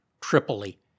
Tripoli